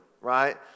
right